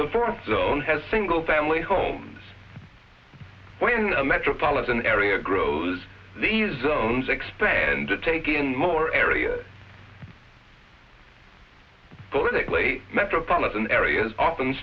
the first zone has single family homes when a metropolitan area grows the zones expand to take in more area politically metropolitan areas often